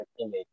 image